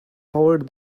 powered